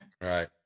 Right